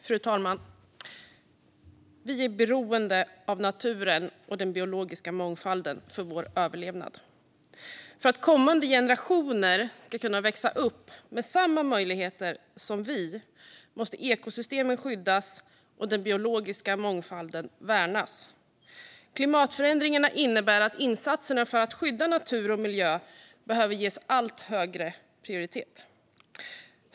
Fru talman! Vi är beroende av naturen och den biologiska mångfalden för vår överlevnad. För att kommande generationer ska kunna växa upp med samma möjligheter som vi måste ekosystemen skyddas och den biologiska mångfalden värnas. Klimatförändringarna innebär att insatserna för att skydda natur och miljö behöver ges allt högre prioritet.